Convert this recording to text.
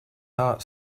heart